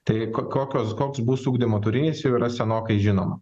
tai kokios koks bus ugdymo turinys jau yra senokai žinoma